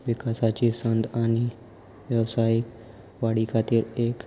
विकासाची संद आनी वेवसायीक वाडी खातीर एक